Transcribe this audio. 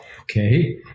Okay